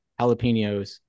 jalapenos